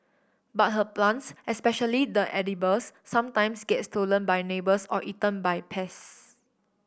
but her plants especially the edibles sometimes get stolen by neighbours or eaten by pests